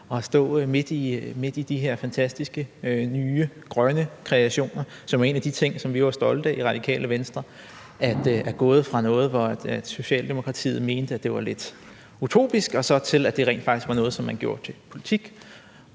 og stå midt i de her fantastiske nye grønne kreationer, som er en af de ting, som vi er stolte af i Radikale Venstre er gået fra noget, hvor Socialdemokratiet mente, at det var lidt utopisk, og så til, at det rent faktisk var noget, som man gjorde til politik,